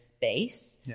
base